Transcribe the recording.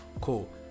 cool